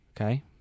Okay